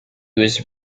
was